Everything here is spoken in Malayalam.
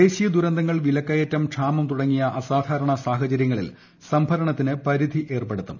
ദേശീയ ദുരന്തങ്ങൾ വിലക്കയറ്റം ക്ഷാമം തുടങ്ങിയ അസാധാരണമായ സാഹച രൃങ്ങളിൽ സംഭരണത്തിന് പരിധി ഏർപ്പെടുത്തും